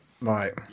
Right